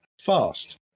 fast